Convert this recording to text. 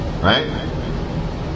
Right